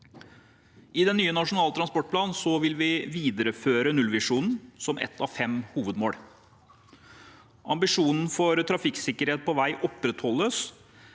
I den nye nasjonale transportplanen vil vi videreføre nullvisjonen som ett av fem hovedmål. Ambisjonen for trafikksikkerhet på vei opprettholdes,